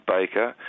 Baker